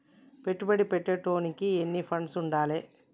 పెట్టుబడి పెట్టేటోనికి ఎన్ని ఫండ్స్ ఉండాలే?